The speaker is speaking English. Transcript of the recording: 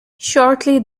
shortly